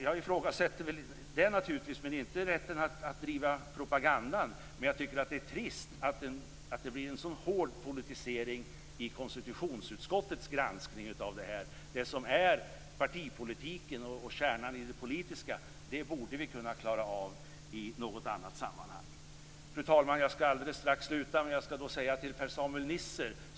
Jag ifrågasätter det naturligtvis men inte rätten att driva propagandan, men jag tycker att det är trist att det blir en hård politisering i konstitutionsutskottets granskning av ärendet. Det som är partipolitik och kärnan i det politiska borde vi kunna klara av i något annat sammanhang. Fru talman! Jag skall alldeles strax sluta, men jag vill säga en sak till Per-Samuel Nisser.